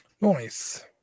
Nice